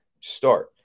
start